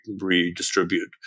redistribute